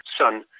son